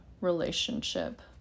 relationship